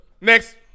Next